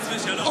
חס ושלום,